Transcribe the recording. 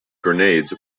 grenades